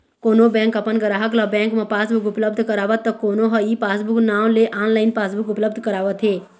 कोनो बेंक अपन गराहक ल बेंक म पासबुक उपलब्ध करावत त कोनो ह ई पासबूक नांव ले ऑनलाइन पासबुक उपलब्ध करावत हे